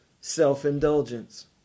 self-indulgence